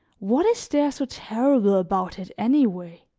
what is there so terrible about it, anyway?